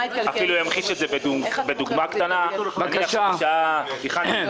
אני אפילו אמחיש את זה בדוגמה קטנה: הכנתי את